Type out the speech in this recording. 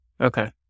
Okay